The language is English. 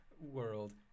world